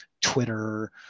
Twitter